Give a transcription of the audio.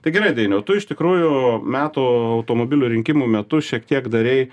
tai gerai dainiau tu iš tikrųjų metų automobilio rinkimų metu šiek tiek darei